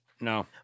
No